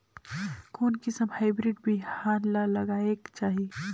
कोन किसम हाईब्रिड बिहान ला लगायेक चाही?